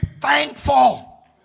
thankful